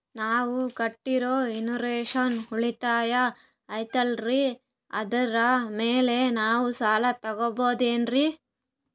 ನಾವು ಕಟ್ಟಿರೋ ಇನ್ಸೂರೆನ್ಸ್ ಉಳಿತಾಯ ಐತಾಲ್ರಿ ಅದರ ಮೇಲೆ ನಾವು ಸಾಲ ತಗೋಬಹುದೇನ್ರಿ?